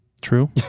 True